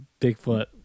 Bigfoot